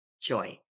joy